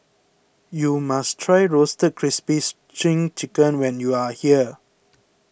you must try Roasted Crispy Chicken when you are here